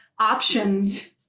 options